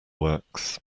works